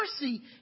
mercy